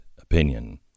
opinion